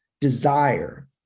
desire